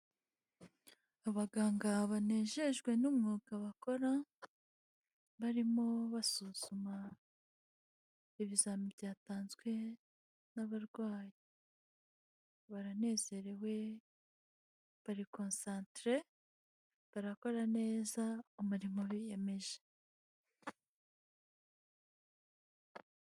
Abaganga banejejwe n'umwuga bakora, barimo basuzuma ibizamini byatanzwe n'abarwayi, baranezerewe bari konsantere barakora neza umurimo biyemeje.